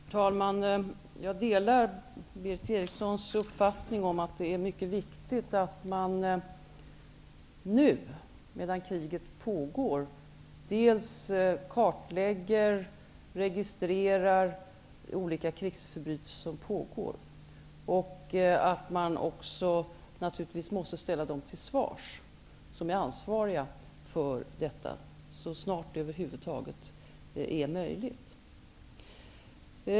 Herr talman! Jag delar Berith Erikssons upp fattning att det är mycket viktigt att man nu, me dan kriget pågår, dels kartlägger och registrerar krigsförbrytelser, dels naturligtvis måste ställa dem till svars som är ansvariga för dessa, så snart det över huvud taget är möjligt.